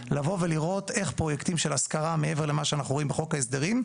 לבוא ולראות איך פרויקטים של השכרה מעבר למה שאנחנו רואים בחוק ההסדרים.